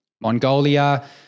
Mongolia